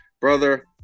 brother